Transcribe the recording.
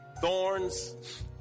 Thorns